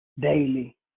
Daily